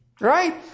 Right